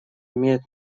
имеет